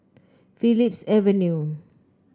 Phillips Avenue